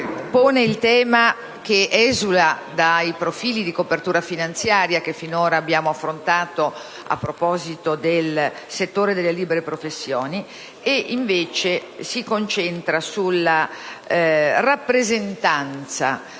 un tema che esula dai profili di copertura finanziaria che finora abbiamo affrontato a proposito del settore delle libere professioni e si concentra sulla rappresentanza